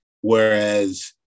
whereas